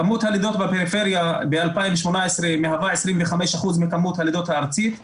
כמות הלידות בפריפריה ב-2018 מהווה 25% מכמות הלידות הארצית בפגיות,